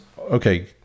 okay